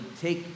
take